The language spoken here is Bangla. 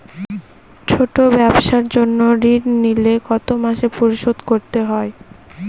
ছোট ব্যবসার জন্য ঋণ নিলে কত মাসে পরিশোধ করতে হয়?